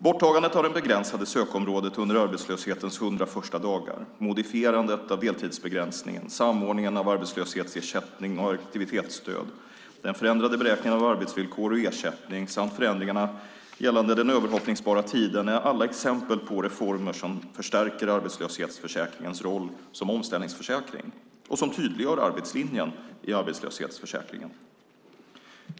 Borttagandet av det begränsade sökområdet under arbetslöshetens 100 första dagar, modifierandet av deltidsbegränsningen, samordningen av arbetslöshetsersättning och aktivitetsstöd, den förändrade beräkningen av arbetsvillkor och ersättning samt förändringarna gällande den överhoppningsbara tiden är alla exempel på reformer som förstärker arbetslöshetsförsäkringens roll som omställningsförsäkring och som tydliggör arbetslinjen i arbetslöshetsförsäkringen.